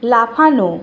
লাফানো